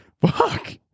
fuck